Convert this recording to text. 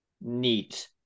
neat